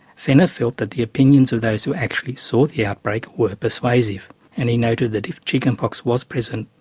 fenner felt that the opinions of those who actually saw the outbreak were persuasive and he noted that if chickenpox was present,